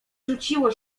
rzuciło